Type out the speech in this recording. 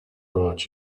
brought